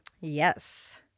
Yes